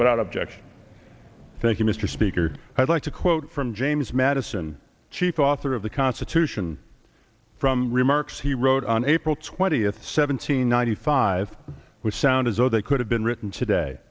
without objection thank you mr speaker i'd like to quote from james madison chief author of the constitution from remarks he wrote on april twentieth seventeen ninety five which sound as though they could have been written today